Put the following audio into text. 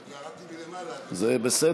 ויכלו בהחלט לעשות את הסגר,